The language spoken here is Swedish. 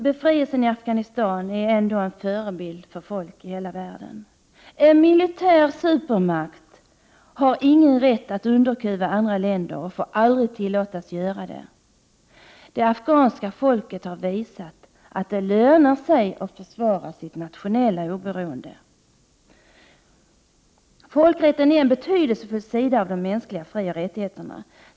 Befrielsen i Afghanistan är ändå en förebild för folk i hela världen. En militär supermakt har ingen rätt att underkuva andra länder och får aldrig tillåtas göra det. Det afghanska folket har visat att det lönar sig att försvara sitt nationella oberoende. Folkrätten är en betydelsefull sida av de mänskliga frioch rättigheterna.